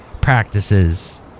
practices